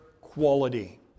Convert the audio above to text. quality